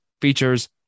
features